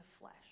flesh